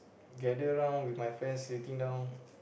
gather now with my friends sitting down